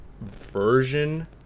version